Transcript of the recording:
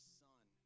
son